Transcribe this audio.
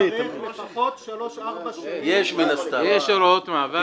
צריך לפחות שלוש-ארבע שנים --- יש הוראות מעבר.